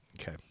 Okay